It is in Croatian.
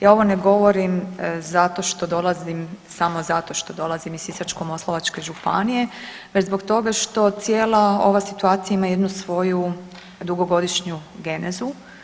Ja ovo ne govorim zato što dolazim, samo zato što dolazim iz Sisačko-moslavačke županije već zbog toga što cijela ova situacija ima jednu svoju dugogodišnju genezu.